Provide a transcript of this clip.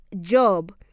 Job